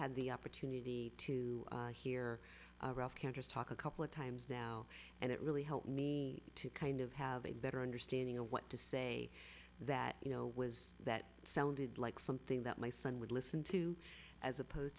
had the opportunity to hear cantor's talk a couple of times now and it really helped me to kind of have a better understanding of what to say that you know was that sounded like something that my son would listen to as opposed